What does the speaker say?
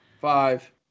Five